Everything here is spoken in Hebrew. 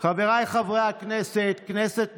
חבריי חברי הכנסת, כנסת נכבדה,